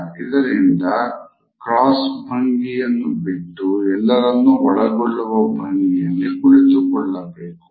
ಇದರಿಂದ ಕ್ರಾಸ್ಭಂಗಿಯನ್ನು ಬಿಟ್ಟು ಎಲ್ಲರನ್ನೂ ಒಳಗೊಳ್ಳುವ ಭಂಗಿಯಲ್ಲಿ ಕುಳಿತುಕೊಳ್ಳಬೇಕು